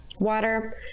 water